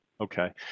Okay